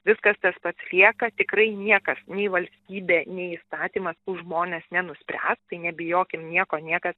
viskas tas pats lieka tikrai niekas nei valstybė nei įstatymas už žmones nenuspręs tai nebijokim nieko niekas